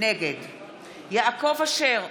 נגד יעקב אשר,